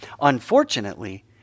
Unfortunately